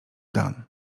dan